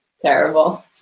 terrible